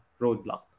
roadblock